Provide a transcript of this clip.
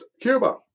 Cuba